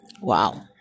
Wow